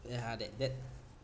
ya that that